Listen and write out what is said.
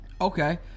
Okay